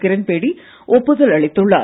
கிரண் பேடி ஒப்புதல் அளித்துள்ளார்